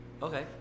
okay